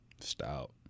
stout